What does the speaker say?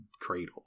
cradle